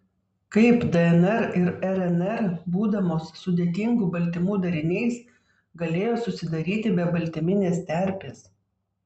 kaip dnr ir rnr būdamos sudėtingų baltymų dariniais galėjo susidaryti be baltyminės terpės